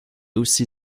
aussi